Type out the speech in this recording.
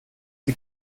die